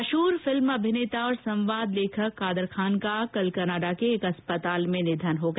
मशहूर फिल्म अभिनेता और संवाद लेखक कादरखान का कल कनाडा के एक अस्पताल में निधन हो गया